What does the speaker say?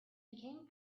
became